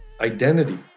identity